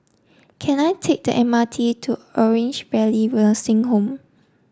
can I take the M R T to Orange Valley Nursing Home